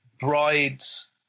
bride's